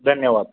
धन्यवाद